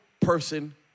person